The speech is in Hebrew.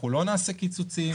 אנחנו לא נעשה קיצוצים,